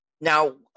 Now